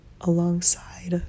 alongside